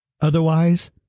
Otherwise